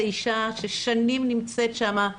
האישה ששנים נמצאת שם,